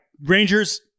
Rangers